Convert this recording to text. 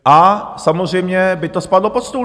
A samozřejmě by to spadlo pod stůl.